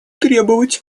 требовать